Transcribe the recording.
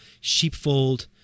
sheepfold